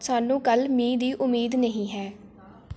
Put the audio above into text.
ਸਾਨੂੰ ਕੱਲ੍ਹ ਮੀਂਹ ਦੀ ਉਮੀਦ ਨਹੀਂ ਹੈ